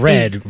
Red